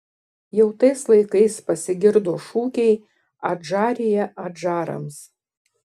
jau tais laikais pasigirdo šūkiai adžarija adžarams